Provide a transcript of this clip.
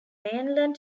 mainland